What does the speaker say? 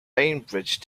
bainbridge